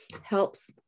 helps